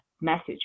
message